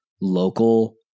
local